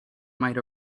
might